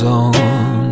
on